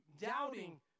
doubting